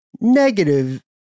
negative